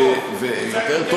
המלך הוא עירום.